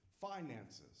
finances